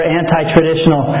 anti-traditional